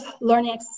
learning